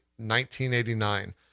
1989